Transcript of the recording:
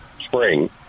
spring